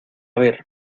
ver